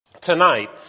Tonight